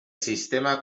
sistema